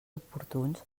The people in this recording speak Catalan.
oportuns